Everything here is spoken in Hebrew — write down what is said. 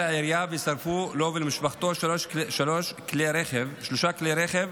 העירייה ושרפו לו ולמשפחתו שלושה כלי רכב,